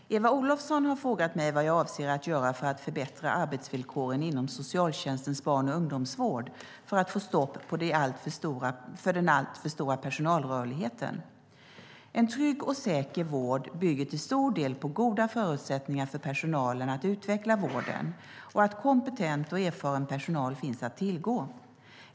Fru talman! Eva Olofsson har frågat mig vad jag avser att göra för att förbättra arbetsvillkoren inom socialtjänstens barn och ungdomsvård för att få stopp på den alltför stora personalrörligheten. En trygg och säker vård bygger till stor del på goda förutsättningar för personalen att utveckla vården och att kompetent och erfaren personal finns att tillgå.